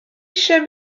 eisiau